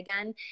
again